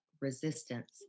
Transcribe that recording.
resistance